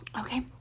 Okay